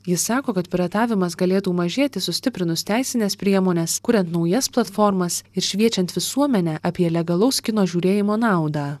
ji sako kad piratavimas galėtų mažėti sustiprinus teisines priemones kurian naujas platformas ir šviečiant visuomenę apie legalaus kino žiūrėjimo naudą